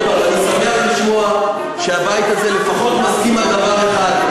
אני שמח לשמוע שהבית הזה לפחות מסכים על דבר אחד,